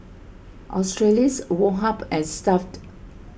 Australis Woh Hup and Stuff'd